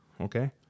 Okay